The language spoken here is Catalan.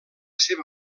seva